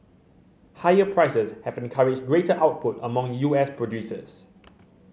higher prices have encouraged greater output among U S producers